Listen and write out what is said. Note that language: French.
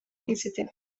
etc